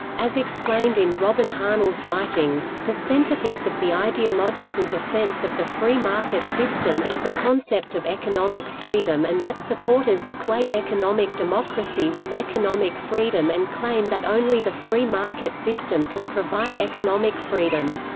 as explained in robin hahnel's writings, the centerpiece of the ideological defense of the free market system is the concept of economic freedom and that supporters equate economic democracy with economic freedom and claim that only the free market system can provide economic freedom.